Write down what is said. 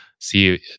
see